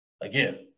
Again